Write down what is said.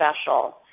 special